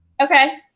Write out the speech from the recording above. Okay